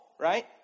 Right